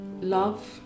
love